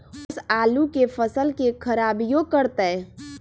ओस आलू के फसल के खराबियों करतै?